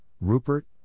Rupert